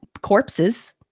corpses